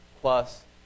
plus